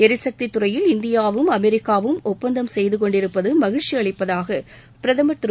எரிசக்தித்துறையில் இந்தியாவும் அமெரிக்காவும் ஒப்பந்தம் செய்து கொண்டிருப்பது மகிழ்ச்சி அளிப்பதாக பிரதமர் திரு